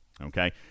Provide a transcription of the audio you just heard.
Okay